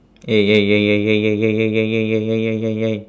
hey hey hey hey hey hey hey hey hey hey hey hey hey hey